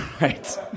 Right